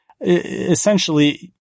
essentially